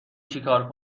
چیکار